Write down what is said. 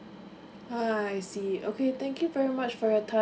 uh I see okay thank you very much for your time